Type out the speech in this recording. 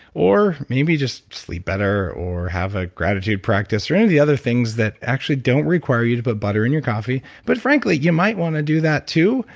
or maybe just sleep better, or have a gratitude practice or any of the other things that actually don't require you to put butter in your coffee. but frankly, you might want to do that too.